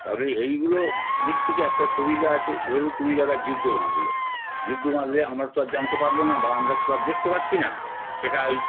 তাহলে এইগুলোর দিক থেকে একটা সুবিধা আছে ধরুন কোনো জায়গায় যুদ্ধ বাঁধল যুদ্ধ বাঁধলে আমরা তো আর জানতে পারব না বা আমরা তো দেখতে পাচ্ছি না সেটা ওই